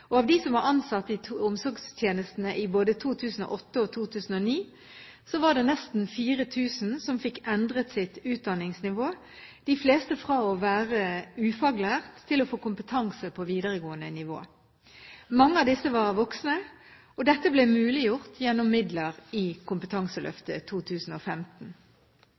og mest stabile rekrutteringskilden til omsorgssektoren. Av dem som var ansatt i omsorgstjenestene i både 2008 og 2009, var det nesten 4 000 som fikk endret sitt utdanningsnivå – de fleste fra å være ufaglært til å få kompetanse på videregående nivå. Mange av disse var voksne. Dette ble muliggjort gjennom midler i Kompetanseløftet 2015.